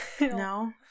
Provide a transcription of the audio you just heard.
No